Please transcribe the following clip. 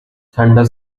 thunder